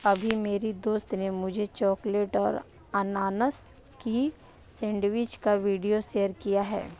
अभी मेरी दोस्त ने मुझे चॉकलेट और अनानास की सेंडविच का वीडियो शेयर किया है